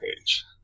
page